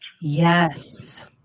Yes